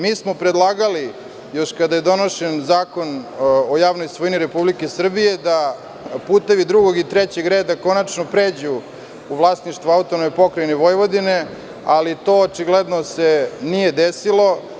Mi smo predlagali još kada je donet Zakon o javnoj svojini Republike Srbije da putevi drugog i trećeg reda konačno pređu u vlasništvo AP Vojvodine, ali se to očigledno nije desilo.